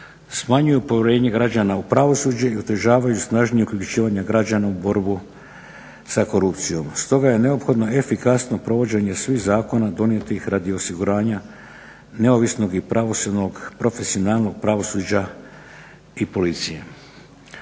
smanjuju povjerenje građana u pravosuđe i otežavaju snažnije uključivanje građana u borbu sa korupcijom. Stoga je neophodno efikasno provođenje svih zakona donijetih radi osiguranja neovisnog i pravosudnog profesionalnog pravosuđa i policije.